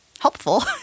Helpful